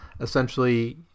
essentially